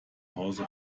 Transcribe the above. hause